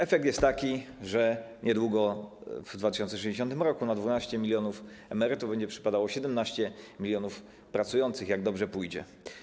Efekt jest taki, że niedługo, w 2060 r., na 12 mln emerytów będzie przypadało 17 mln pracujących, jak dobrze pójdzie.